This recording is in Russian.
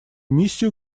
миссию